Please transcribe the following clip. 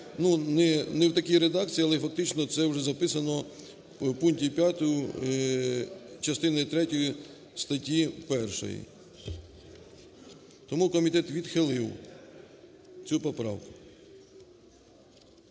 не в такій редакції, але фактично це вже записано в пункті 5 частини третьої статті 1. Тому комітет відхилив і цю поправку.